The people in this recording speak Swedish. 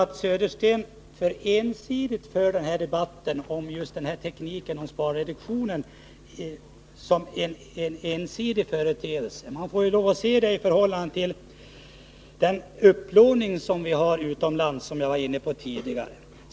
Bo Södersten för en ensidig debatt om tekniken för skattereduktionen. Man måste se den i förhållande till vår upplåning utomlands, som jag var inne på tidigare.